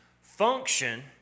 function